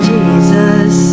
Jesus